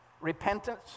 repentance